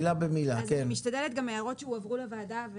אני משתדלת להביא גם הערות שהועברו לוועדה.